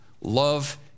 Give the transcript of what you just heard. love